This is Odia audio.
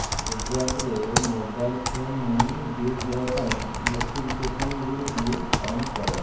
ପେଜାପ୍ରେ ମୋବାଇଲ ଫୋନ୍ ବିଲ୍ ଦେୟ ପାଇଁ ନୋଟିଫିକେସନ୍ ଗୁଡ଼ିକୁ ଅନ୍ କର